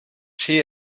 see